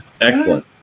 Excellent